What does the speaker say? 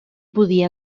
podia